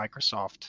Microsoft